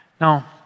Now